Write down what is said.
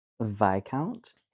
Viscount